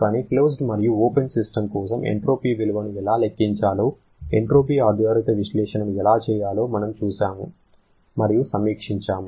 కానీ క్లోజ్డ్ మరియు open system కోసం ఎంట్రోపీ విలువను ఎలా లెక్కించాలో ఎంట్రోపీ ఆధారిత విశ్లేషణను ఎలా నిర్వహించాలో మనము చూశాము మరియు సమీక్షించాము